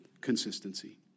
consistency